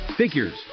Figures